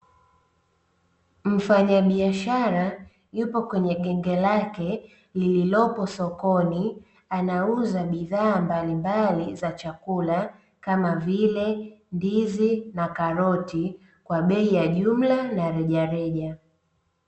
Mfanyabiashara yupo kwenye genge lake lililopo sokoni anauza bidhaa mbalimbali za chakula kama vile ndizi na karoti kwa bei ya jumla na rejareja.